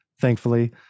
Thankfully